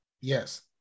Yes